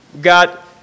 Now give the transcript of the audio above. got